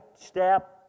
step